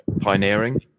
pioneering